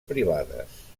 privades